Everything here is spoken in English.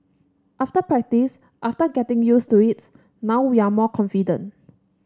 after practice after getting used to it now we are more confident